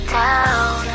down